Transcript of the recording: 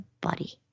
body